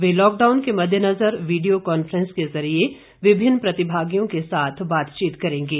वे lockdown के मद्देनजर video conference के जरिए विभिन्न प्रतिभागियों के साथ बातचीत करेंगे